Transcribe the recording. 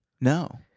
No